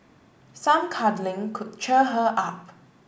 some cuddling could cheer her up